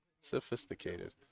Sophisticated